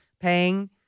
paying